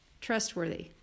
trustworthy